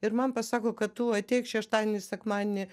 ir man pasako kad tu ateik šeštadienį sekmadienį